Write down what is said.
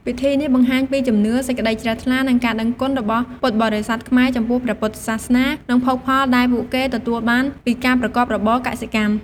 ពិធីនេះបង្ហាញពីជំនឿ សេចក្តីជ្រះថ្លា និងការដឹងគុណរបស់ពុទ្ធបរិស័ទខ្មែរចំពោះព្រះពុទ្ធសាសនា និងភោគផលដែលពួកគេទទួលបានពីការប្រកបរបរកសិកម្ម។